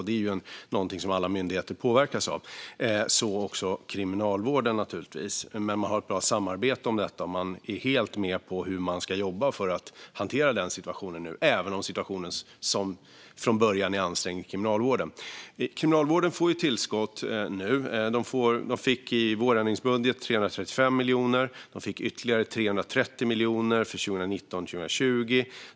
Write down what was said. Detta påverkas alla myndigheter av, så också naturligtvis Kriminalvården. Det finns dock ett bra samarbete om detta. De är helt med på hur man ska jobba för att hantera situationen, även om den för Kriminalvården redan från början är ansträngd. Kriminalvården får nu tillskott. I vårändringsbudgeten fick man 335 miljoner. Man fick ytterligare 330 miljoner för perioden 2019-2020.